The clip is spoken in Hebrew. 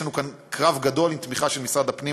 יש לנו קרב גדול, עם תמיכה של משרד הפנים.